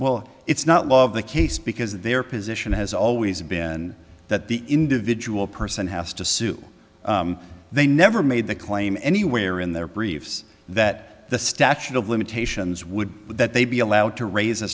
well it's not love the case because their position has always been that the individual person has to sue they never made the claim anywhere in their briefs that the statute of limitations would that they be allowed to raise a